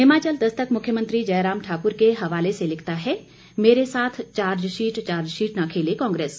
हिमाचल दस्तक मुख्यमंत्री जयराम ठाकुर के हवाले से लिखता है मेरे साथ चार्जशीट चार्जशीट ने खेले कांग्रेस